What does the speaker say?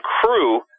crew